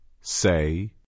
Say